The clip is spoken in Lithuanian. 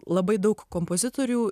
labai daug kompozitorių